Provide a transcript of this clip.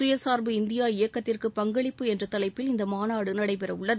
சுயசார்பு இந்தியா இயக்கத்திற்கு பங்களிப்பு என்ற தலைப்பில் இந்த மாநாடு நடைபெறவுள்ளது